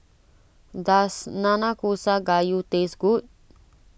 does Nanakusa Gayu taste good